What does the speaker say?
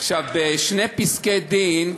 בשני פסקי-דין,